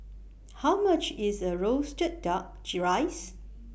How much IS The Roasted Duck G Rice